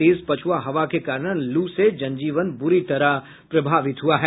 तेज पछुआ हवा के कारण लू से जनजीवन बुरी तरह प्रभावित हुआ है